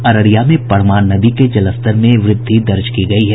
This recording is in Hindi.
अररिया में परमान नदी के जलस्तर में वृद्धि दर्ज की गयी है